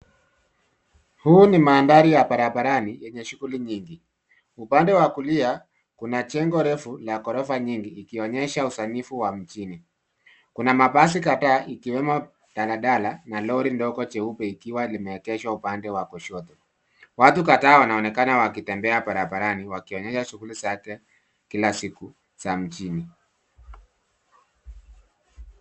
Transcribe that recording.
Huu ni mandhari ya barabarani yenye shughuli nyingi. Upande wa kulia kuna jengo refu la ghorofa nyingi ikionyesha usanifu wa mjini. Kuna mabasi kadhaa ikiwemo daladala na lori ndogo jeupe ikiwa limeegeshwa upande wa kushoto. Watu kadhaa wanaonekana wakitembea barabarani wakionyesha shughuli zake kila siku za mjini.